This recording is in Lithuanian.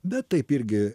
bet taip irgi